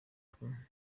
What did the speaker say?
kagame